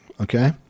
okay